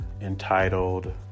entitled